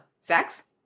Sex